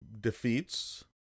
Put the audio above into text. defeats